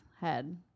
head